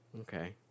okay